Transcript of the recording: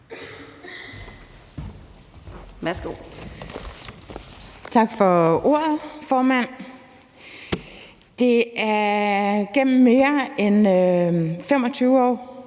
(M): Tak for ordet, formand. Det er gennem mere end 25 år